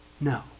No